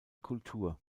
kultur